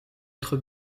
être